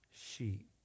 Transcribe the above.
sheep